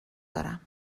دارم